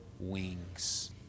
wings